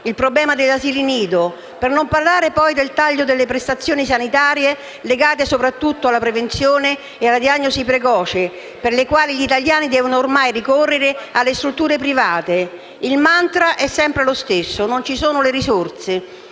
il problema degli asili nido; per non parlare poi del taglio delle prestazioni sanitarie legate soprattutto alla prevenzione e alla diagnosi precoce, per le quali gli italiani devono ormai ricorrere alle strutture private. Il *mantra* è sempre lo stesso: non ci sono le risorse.